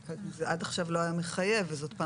עד עכשיו זה לא היה מחייב וזאת עם